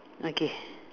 okay